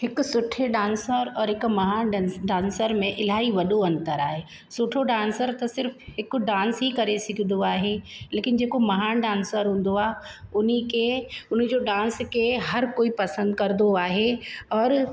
हिकु सुठे डांसर और हिकु महान डेंस डांसर में इलाही वॾो अंतर आहे सुठो डांसर त सिर्फ़ु हिकु डांस ई करे सघंदो आहे लेकिन जेको महान डांसर हूंदो आहे उन्हीअ खे उन जो डांस खे हर कोई पसंदि करंदो आहे और